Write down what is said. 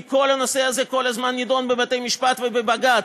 כי כל הנושא הזה כל הזמן נדון בבתי-משפט ובבג"ץ,